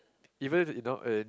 even if you know and